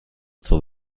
zur